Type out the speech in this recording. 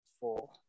four